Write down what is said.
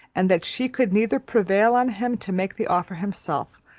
and that she could neither prevail on him to make the offer himself,